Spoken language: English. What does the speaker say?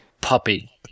Puppy